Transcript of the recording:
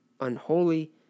unholy